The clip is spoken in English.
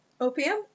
Opium